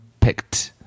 picked